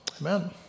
amen